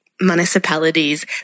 municipalities